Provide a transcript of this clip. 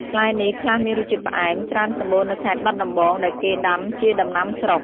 ផ្លែនេះ ខ្លះមានរសជាតិផ្អែម ច្រើនសម្បូរនៅខេត្តបាត់ដំបងដែលគេដាំជាដំណាំស្រុក។